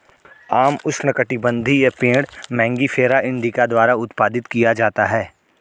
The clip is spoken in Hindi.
आम उष्णकटिबंधीय पेड़ मैंगिफेरा इंडिका द्वारा उत्पादित किया जाता है